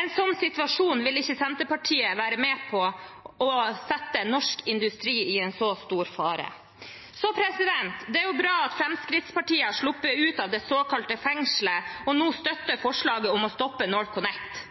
En sånn situasjon vil ikke Senterpartiet være med på – å sette norsk industri i en så stor fare. Det er bra at Fremskrittspartiet har sluppet ut av det såkalte fengselet og nå støtter forslaget om å stoppe NorthConnect.